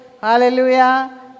Hallelujah